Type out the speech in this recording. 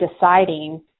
deciding